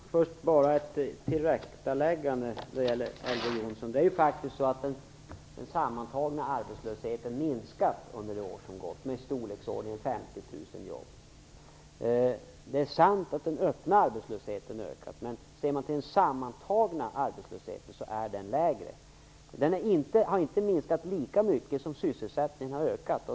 Fru talman! Låt mig först göra ett tillrättaläggande av det Elver Jonsson sade. Det är faktiskt så att den sammantagna arbetslösheten har minskat under det år som gått med ca 50 000 jobb. Det är sant att den öppna arbetslösheten ökat, men den sammantagna arbetslösheten är lägre. Den har inte minskat lika mycket som sysselsättningen har ökat.